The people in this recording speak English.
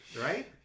right